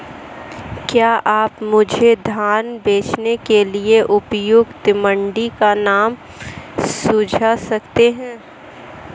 क्या आप मुझे धान बेचने के लिए उपयुक्त मंडी का नाम सूझा सकते हैं?